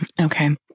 Okay